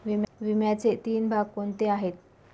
विम्याचे तीन भाग कोणते आहेत?